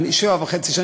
שבע שנים וחצי,